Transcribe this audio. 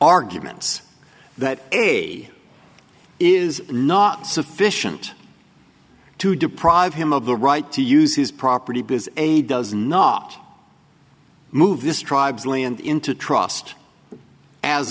arguments that he is not sufficient to deprive him of the right to use his property because a does not move this tribe's land into trust as